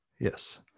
Yes